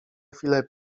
chwilę